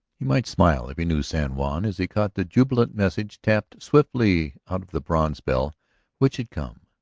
he might smile, if he knew san juan, as he caught the jubilant message tapped swiftly out of the bronze bell which had come,